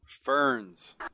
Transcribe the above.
Ferns